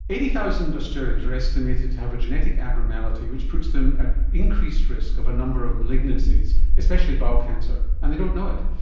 eighty thousand australians are estimated to have a genetic abnormality which puts them at increased risk of a number of malignancies, especially bowel cancer, and they don't know it.